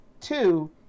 two